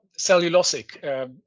cellulosic